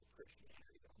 Christianity